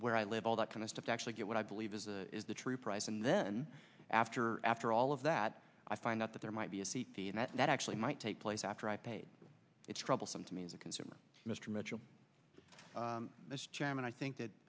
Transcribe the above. where i live all that kind of stuff actually get what i believe is a is the true price and then after after all of that i find out that there might be a c p a and that actually might take place after i paid it troublesome to me as a consumer mr mitchell as chairman i think that